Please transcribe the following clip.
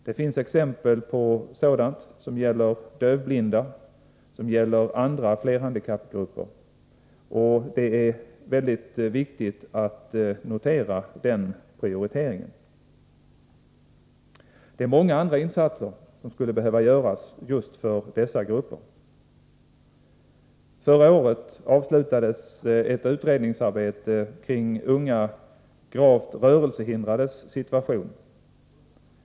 Det finns exempel på sådant som gäller dövblinda och andra flerhandikappgrupper. Det är mycket viktigt att notera den Många andra insatser skulle behöva göras just för dessa grupper. Förra året avslutades ett utredningsarbete om unga gravt rörelsehindrades situation.